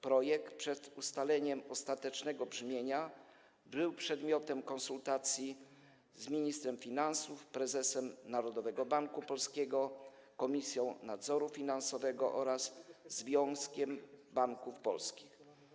Projekt przed ustaleniem ostatecznego brzmienia był przedmiotem konsultacji z ministrem finansów, prezesem Narodowego Banku Polskiego, Komisją Nadzoru Finansowego oraz Związkiem Banków Polskich.